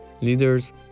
leaders